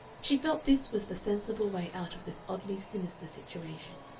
she felt this was the sensible way out of this oddly sinister situation.